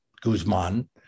Guzman